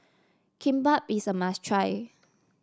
kimbap is a must try